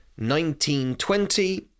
1920